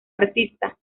artista